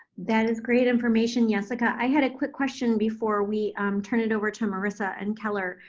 that is great information, yesica. i had a quick question before we um turn it over to marissa and keller.